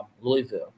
Louisville